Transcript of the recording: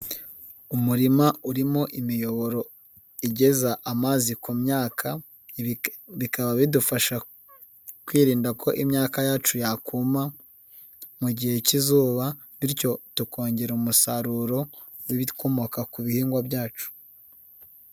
Umurima urimo imiyoboro igeza amazi ku myaka, ibi bikaba bidufasha kwirinda ko imyaka yacu yakuma mu gihe cy'izuba bityo tukongera umusaruro w'ibikomoka ku bihingwa byacu.